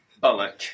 Bullock